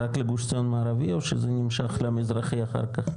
רק לגוש עציון מערבי, או שזה נמשך למזרחי אחר כך?